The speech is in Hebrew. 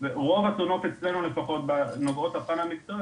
רוב התלונות נוגעות לפן המקצועי,